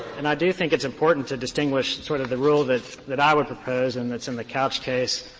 and i do think it's important to distinguish sort of the rule that that i would propose and that's in the couch case,